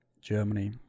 Germany